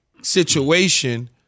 situation